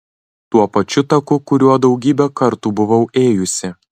tuo pačiu taku kuriuo daugybę kartų buvau ėjusi